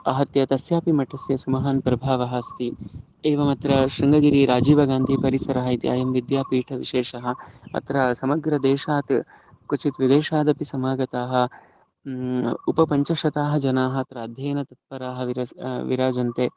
आहत्य तस्यापि मठस्य सुमहान् प्रभावः अस्ति एवमत्र शृङ्गगिरिः राजीवगान्धी परिसरः इति अयं विद्यापीठविशेषः अत्र समग्रदेशात् क्वचित् विदेशादपि समागताः उपपञ्चशताः जनाः अत्र अध्ययनतत्पराः विरस् विराजन्ते